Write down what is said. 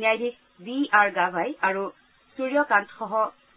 ন্যায়াধীশ B R Gavai আৰু সূৰ্য কান্ত সহ